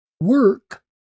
work